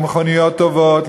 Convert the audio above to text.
למכוניות טובות,